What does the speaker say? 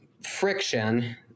friction